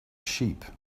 sheep